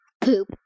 Poop